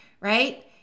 right